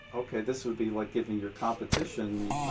okay, this would be like giving your competition